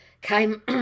came